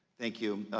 thank you.